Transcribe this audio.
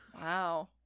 Wow